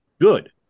good